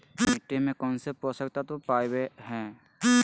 मिट्टी में कौन से पोषक तत्व पावय हैय?